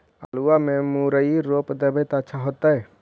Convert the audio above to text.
आलुआ में मुरई रोप देबई त अच्छा होतई?